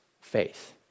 faith